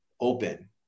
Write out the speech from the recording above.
open